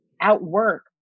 outwork